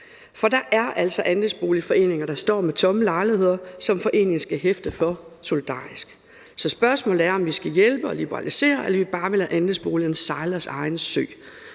For der er altså andelsboligforeninger, der står med tomme lejligheder, som foreningerne skal hæfte for solidarisk. Så spørgsmålet er, om vi skal hjælpe og liberalisere, eller om vi bare vil lade andelsboligejere sejle deres egen sø.